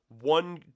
one